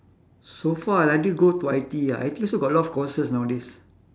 so far until go to I_T_E ah I_T_E also got a lot of courses nowadays